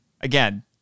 again